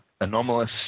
Anomalous